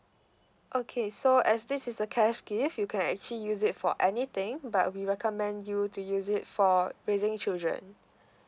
okay so as this is a cash gift you can actually use it for anything but we recommend you to use it for raising children